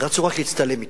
ורצו רק להצטלם אתו,